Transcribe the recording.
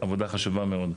עבודה חשובה מאוד.